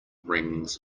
rings